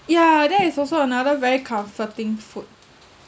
yeah that is also another very comforting food